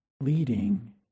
leading